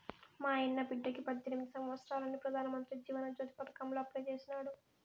మాయన్న బిడ్డకి పద్దెనిమిది సంవత్సారాలని పెదానమంత్రి జీవన జ్యోతి పదకాంల అప్లై చేసినాడు